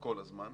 כל הזמן.